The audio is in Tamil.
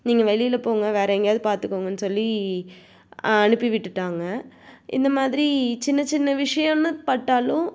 நீங்கள் வெளியில போங்க வேறு எங்கேயாவது பார்த்துக்கோங்கன்னு சொல்லி அனுப்பிவிட்டுட்டாங்க இந்த மாதிரி சின்ன சின்ன விஷயம்னு பட்டாலும்